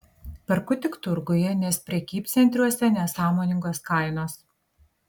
perku tik turguje nes prekybcentriuose nesąmoningos kainos